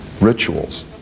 rituals